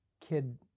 kid